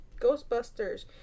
Ghostbusters